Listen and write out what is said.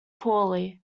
poorly